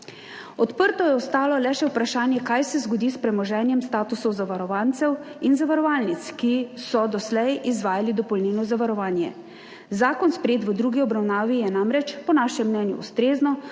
Odprto je ostalo le še vprašanje, kaj se zgodi s premoženjem statusov zavarovancev in zavarovalnic, ki so doslej izvajali dopolnilno zavarovanje. Zakon, sprejet v drugi obravnavi je namreč po našem mnenju ustrezno